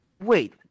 Wait